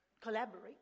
Collaborate